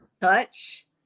touch